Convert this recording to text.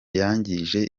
yangije